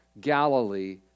Galilee